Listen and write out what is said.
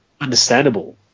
understandable